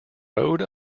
road